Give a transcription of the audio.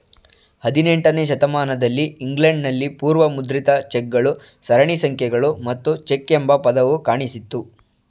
ಹದಿನೆಂಟನೇ ಶತಮಾನದಲ್ಲಿ ಇಂಗ್ಲೆಂಡ್ ನಲ್ಲಿ ಪೂರ್ವ ಮುದ್ರಿತ ಚೆಕ್ ಗಳು ಸರಣಿ ಸಂಖ್ಯೆಗಳು ಮತ್ತು ಚೆಕ್ ಎಂಬ ಪದವು ಕಾಣಿಸಿತ್ತು